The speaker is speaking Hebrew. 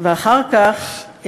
אחר כך,